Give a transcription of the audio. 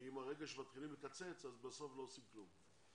כי מהרגע שמתחילים לקצץ, אז בסוף לא עושים כלום.